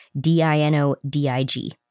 D-I-N-O-D-I-G